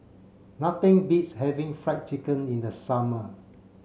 nothing beats having fried chicken in the summer